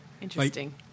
Interesting